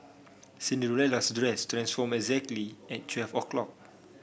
Cinderella's dress transformed exactly at twelve o' clock